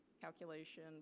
calculation